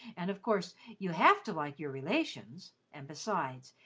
and of course you have to like your relations and besides,